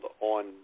on